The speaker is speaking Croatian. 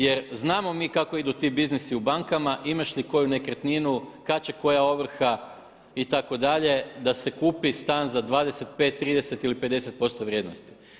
Jer znamo mi kako idu ti biznisi u bankama, imaš li koju nekretninu, kad će koja ovrha itd. da se kupi stan za 25, 30 ili 50% vrijednosti.